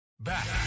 Back